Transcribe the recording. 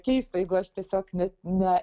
keista jeigu aš tiesiog net ne